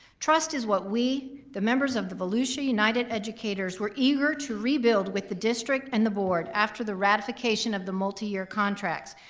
trust is what we, the members of the volusia united educators, were eager to rebuild with the district and the board after the ratification of the multi-year contracts.